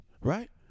right